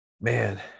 Man